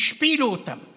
השפילו אותם